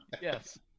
Yes